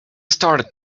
started